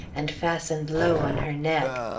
and fastened low on her neck.